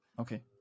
Okay